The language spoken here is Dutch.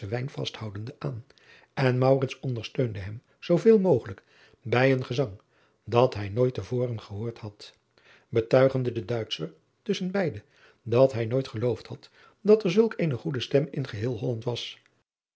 aan en ondersteunde hem zooveel mogelijk bij een gezang dat hij nooit te voren gehoord had betuigende de uitscher tusschen beide dat hij nooit geloofd had dat er zulk eene goede stem in geheel olland was